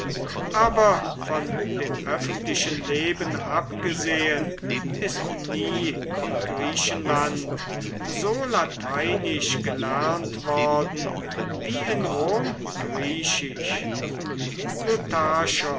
aber von dem öffentlichen leben abgesehen ist nie in griechen land so lateinisch gelernt worden wie in rom griechisch